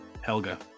Helga